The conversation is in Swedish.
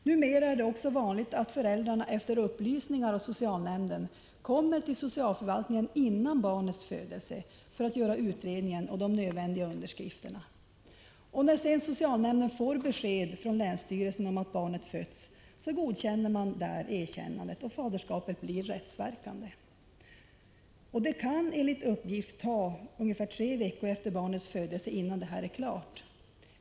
Numera är det också vanligt att föräldrarna efter upplysning från socialnämnden kommer till socialförvaltningen före barnets födelse för att göra utredningen och de nödvändiga underskrifterna. När sedan socialnämnden får besked från länsstyrelsen om att barnet fötts, godkänner man erkännandet och faderskapet blir rättsverkande. Det kan enligt uppgift ta ungefär tre veckor efter barnets födelse innan detta är klart.